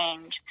change